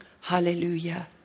Hallelujah